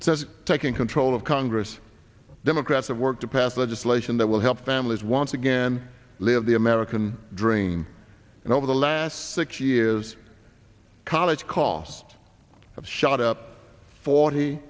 says taking control of congress democrats of work to pass legislation that will help families once again live the american dream and over the last six years college cost of shot up forty